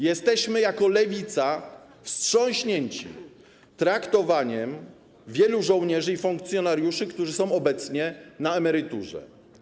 Jesteśmy jako Lewica wstrząśnięci traktowaniem wielu żołnierzy i funkcjonariuszy, którzy są obecnie na emeryturze.